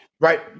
Right